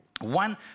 One